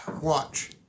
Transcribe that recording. Watch